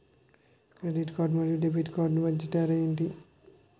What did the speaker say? Credit card మరియు debit card మధ్య తేడా ఎంటి?